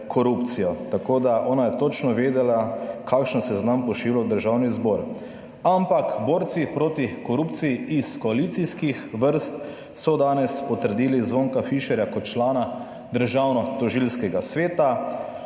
korupcijo. Tako da ona je točno vedela, kakšen seznam pošilja v Državni zbor. Ampak borci proti korupciji iz koalicijskih vrst so danes potrdili Zvonka Fišerja kot člana Državno-tožilskega sveta,